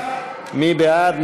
מי בעד?